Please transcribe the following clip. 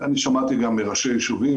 שמעתי גם מראשי יישובים,